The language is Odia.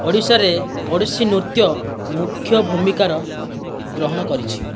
ଓଡ଼ିଶାରେ ଓଡ଼ିଶୀ ନୃତ୍ୟ ମୁଖ୍ୟ ଭୂମିକାର ଗ୍ରହଣ କରିଛି